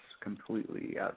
completely